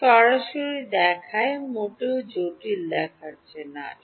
সরাসরি দেখায় মোটেও জটিল দেখাচ্ছে নাঠিক আছে